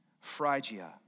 Phrygia